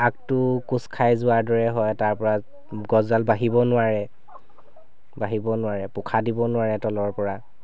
আগটো কোঁচ খাই যোৱাৰ দৰে হয় তাৰ পৰা গছডাল বাঢ়িব নোৱাৰে বাঢ়িব নোৱাৰে পোখা দিব নোৱাৰে তলৰ পৰা